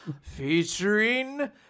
featuring